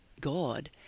God